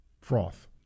froth